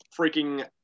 freaking